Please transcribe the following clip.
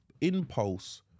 impulse